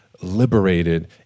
liberated